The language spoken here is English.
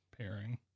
Pairing